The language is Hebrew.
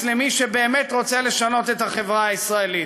למי שבאמת רוצה לשנות את החברה הישראלית.